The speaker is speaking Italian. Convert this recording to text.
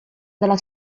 dalla